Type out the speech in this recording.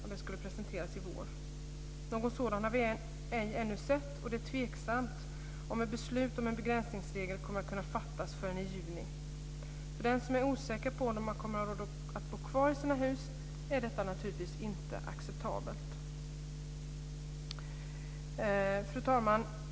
Den skulle presenteras i vår. Någon sådan har vi ej ännu sett, och det är tveksamt om ett beslut om en begränsningsregel kommer att kunna fattas förrän i juni. För dem som är osäkra på om de kommer att ha råd att bo kvar i sina hus är detta naturligtvis inte acceptabelt. Fru talman!